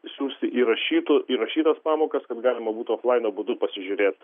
siųsti įrašytų įrašytas pamokas kad galima būtų oflaino būdu pasižiūrėt